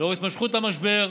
לנוכח התמשכות המשבר.